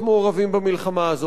ואז אולי דווקא כדאי,